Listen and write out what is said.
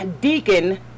Deacon